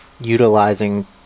utilizing